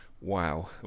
wow